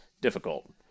difficult